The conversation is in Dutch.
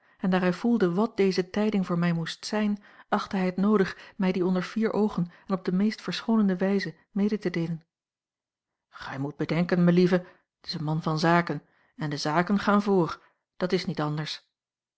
en daar hij voelde wàt deze a l g bosboom-toussaint langs een omweg tijding voor mij moest zijn achtte hij het noodig mij die onder vier oogen en op de meest verschoonende wijze mede te deelen gij moet bedenken melieve het is een man van zaken en de zaken gaan voor dat is niet anders